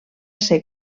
ser